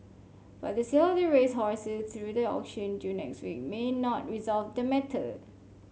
but the sale of the racehorses through the auction due next week may not resolve the matter